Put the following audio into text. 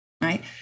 right